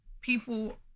People